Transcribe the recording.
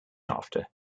after